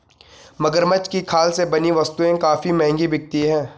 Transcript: मगरमच्छ की खाल से बनी वस्तुएं काफी महंगी बिकती हैं